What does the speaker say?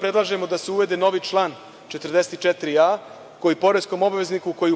predlažemo da se uvede novi član 44a, koji poreskom obvezniku koji